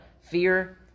Fear